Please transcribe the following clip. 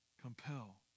compel